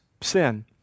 sin